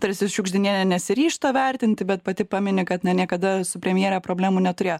tarsi šiugždinienė nesiryžta vertinti bet pati pamini kad na niekada su premjere problemų neturėjo